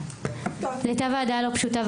הייתה ועדה לא פשוטה,